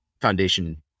foundation